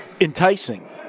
enticing